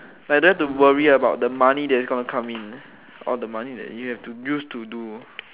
like don't have to worry about the money that's going come in all the money that you have to use to do